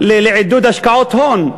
לעידוד השקעות הון.